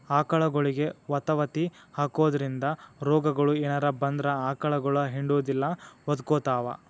ಆಕಳಗೊಳಿಗೆ ವತವತಿ ಹಾಕೋದ್ರಿಂದ ರೋಗಗಳು ಏನರ ಬಂದ್ರ ಆಕಳಗೊಳ ಹಿಂಡುದಿಲ್ಲ ಒದಕೊತಾವ